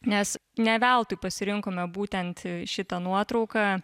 nes ne veltui pasirinkome būtent šitą nuotrauką